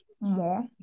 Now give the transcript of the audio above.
more